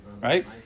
right